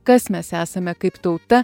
kas mes esame kaip tauta